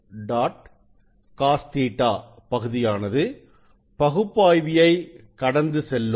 cosƟ பகுதியானதுபகுப்பாய்வியை கடந்துசெல்லும்